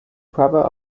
brother